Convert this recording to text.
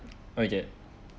okay